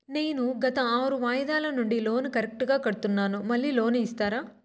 నేను గత ఆరు వాయిదాల నుండి లోను కరెక్టుగా కడ్తున్నాను, మళ్ళీ లోను ఇస్తారా?